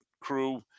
crew